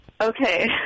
Okay